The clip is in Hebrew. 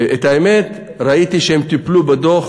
את האמת, ראיתי שהם טיפלו בדוח